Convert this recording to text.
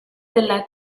della